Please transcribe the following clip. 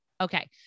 Okay